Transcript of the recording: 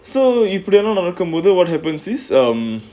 so இப்டி எல்லாம் நடக்கும்போது:pdi ellaam nadakumbothu what happens is um